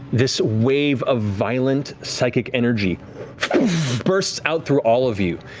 this wave of violent, psychic energy bursts out through all of you.